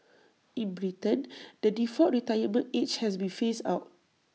in Britain the default retirement age has been phased out